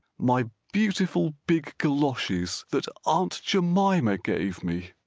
my beautiful big goloshes that aunt jemima gave me.